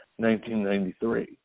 1993